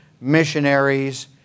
missionaries